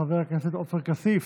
חבר הכנסת עופר כסיף,